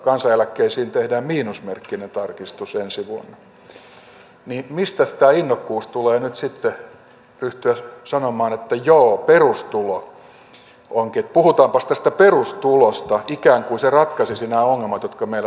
kansaneläkkeisiin tehdään miinusmerkkinen tarkistus ensi vuonna niin mistäs tämä innokkuus tulee nyt sitten ryhtyä sanomaan että joo puhutaanpas tästä perustulosta ikään kuin se ratkaisisi nämä ongelmat jotka meillä tässä ja nyt ovat